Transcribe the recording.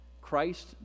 Christ